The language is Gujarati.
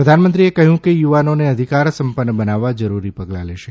પ્રધાનમંત્રીએ કહ્યું કે યુવાનોને અધિકાર સંપન્ન બનાવવા જરૂરી પગલાં લેશે